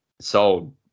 sold